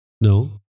No